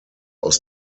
aus